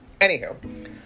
Anywho